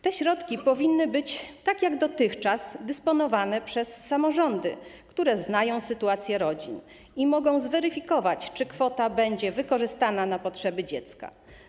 Te środki powinny być tak jak dotychczas dysponowane przez samorządy, które znają sytuację rodzin i mogą zweryfikować, czy kwota będzie wykorzystana na potrzeby dziecka.